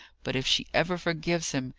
but if she ever forgives him,